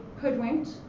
hoodwinked